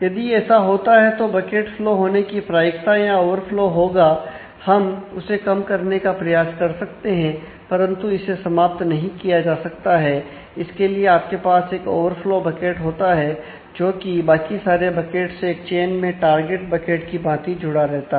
यदि ऐसा होता है तो बकेट फ्लो होने की प्रायिकता या ओवरफ्लो की भांति जुड़ा रहता है